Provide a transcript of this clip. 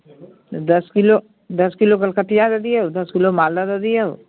दश किलो दश किलो कलकतिआ दऽ दिऔ दश किलो मालदह दऽ दिऔ